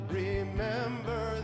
remember